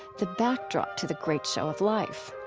the backdrop to the great show of life.